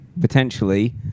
potentially